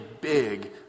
big